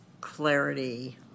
clarity